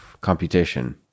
computation